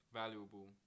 valuable